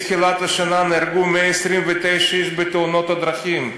מתחילת השנה נהרגו 129 איש בתאונות הדרכים.